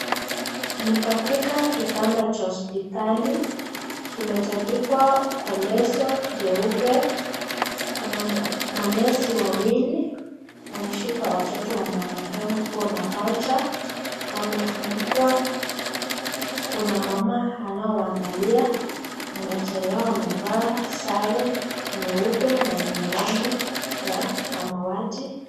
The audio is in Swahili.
Ni katika kitanda cha hospitali kimetandikwa kwa leso jeupe. Kuna manesi wawili wameshika watoto wanaonekana kuwa mapacha. Wamefunikwa kuna mama anayewaangalia na madaktari hao wamevaa sare nyeupe na yenye rangi ya samawati.